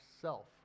self